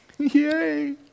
Yay